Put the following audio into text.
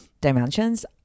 dimensions